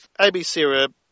ABC